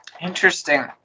Interesting